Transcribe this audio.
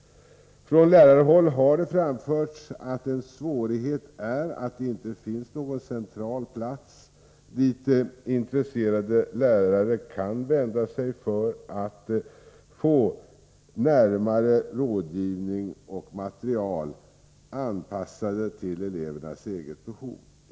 Från lärarhåll har det framförts att en svårighet är att det inte finns någon central plats dit intresserade lärare kan vända sig för att få rådgivning och materiel anpassade till elevernas eget behov.